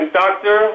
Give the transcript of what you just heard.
doctor